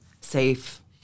safe